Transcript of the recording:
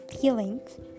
feelings